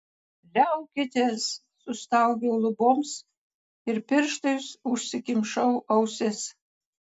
liaukitės sustaugiau luboms ir pirštais užsikimšau ausis